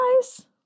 guys